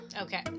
okay